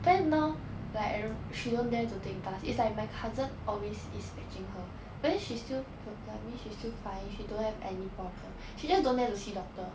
but then now like and she don't dare to take bus is like my cousin always is fetching her but then she still I mean she still fine she don't have any problem she just don't dare to see doctor